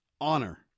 Honor